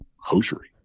hosiery